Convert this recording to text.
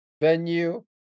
venue